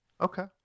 Okay